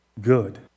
good